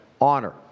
honor